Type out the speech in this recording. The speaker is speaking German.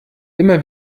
immer